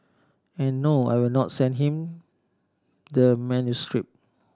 and no I will not send him the manuscript